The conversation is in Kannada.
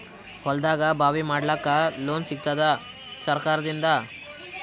ಹೊಲದಾಗಬಾವಿ ಮಾಡಲಾಕ ಲೋನ್ ಸಿಗತ್ತಾದ ಸರ್ಕಾರಕಡಿಂದ?